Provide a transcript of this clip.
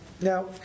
Now